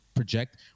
Project